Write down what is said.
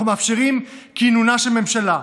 אנחנו מאפשרים כינונה של ממשלה.